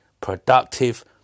productive